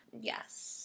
Yes